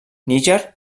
níger